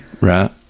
Right